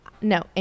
No